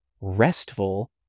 restful